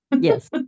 Yes